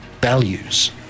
values